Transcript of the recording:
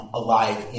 alive